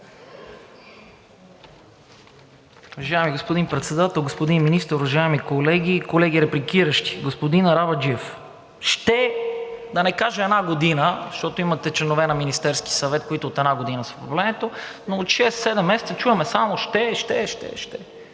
Уважаеми господин Председател, господин Министър, уважаеми колеги и колеги репликиращи! Господин Арабаджиев, „ще“, да не кажа една година, защото имате членове на Министерския съвет, които от една година са в управлението, но от шест-седем месеца чуваме само „ще“, „ще“, „ще“, „ще“